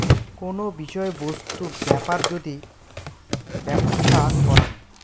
কোন বিষয় বস্তু বেপার যদি ব্যপছা করাং